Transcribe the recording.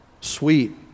sweet